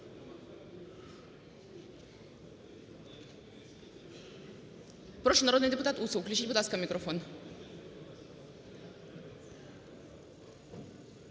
Прошу, народний депутат Усов, включіть, будь ласка, мікрофон.